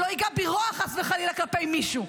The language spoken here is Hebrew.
שלא ייגע בי רוע חס וחלילה כלפי מישהו.